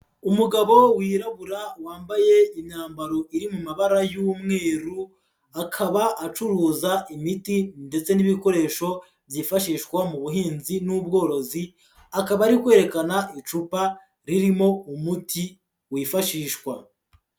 Umugabo wirabura wambaye imyambaro iri mu mabara y'umweru, akaba acuruza imiti ndetse n'ibikoresho byifashishwa mu buhinzi n'ubworozi, akaba ari kwerekana icupa ririmo umuti wifashishwa.